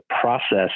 process